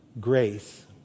grace